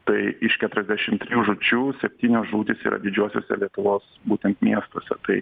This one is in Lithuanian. tai iš keturiasdešimt žūčių septynios žūtys yra didžiuosiuose lietuvos būtent miestuose tai